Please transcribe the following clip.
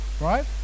right